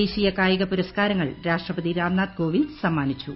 ദേശീയ കായിക പുരസ്കാരങ്ങൾ രാഷ്ട്രപതി രാംനാഥ് കോവിന്ദ് സമ്മാനിച്ചു